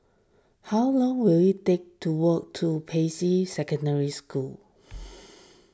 how long will it take to walk to Peicai Secondary School